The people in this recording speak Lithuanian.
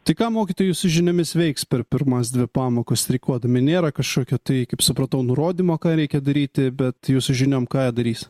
tai ką mokytojai jūsų žiniomis veiks per pirmas dvi pamokas streikuodami nėra kažkokio tai kaip supratau nurodymo ką reikia daryti bet jūsų žinom ką jie darys